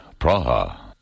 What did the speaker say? Praha